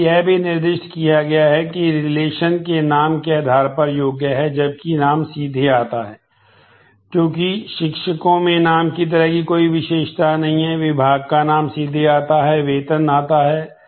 इसलिए यह भी निर्दिष्ट किया गया है कि रिलेशन है